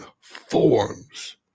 forms